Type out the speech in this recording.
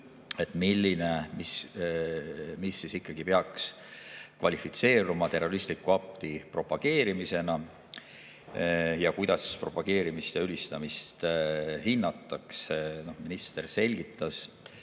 et milline tegu ikkagi peaks kvalifitseeruma terroristliku akti propageerimiseks ning kuidas propageerimist ja ülistamist hinnatakse. Minister selgitas,